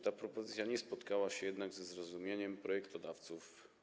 Ta propozycja nie spotkała się jednak ze zrozumieniem projektodawców.